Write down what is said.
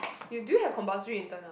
you do you have compulsory intern ah